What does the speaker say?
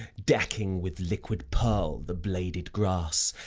decking with liquid pearl the bladed grass,